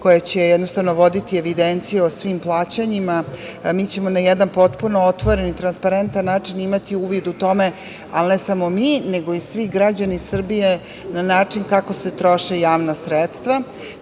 koje će jednostavno voditi evidenciju o svim plaćanjima, mi ćemo na jedan potpuno otvoren i transparentan način imati uvid u tome, ali ne samo mi, nego i svi građani Srbije na način kako se troše javna sredstva.